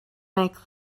make